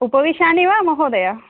उपविशानि वा महोदय